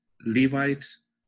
Levites